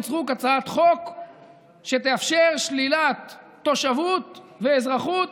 סטרוק הצעת חוק שתאפשר שלילת תושבות ואזרחות